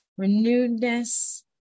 renewedness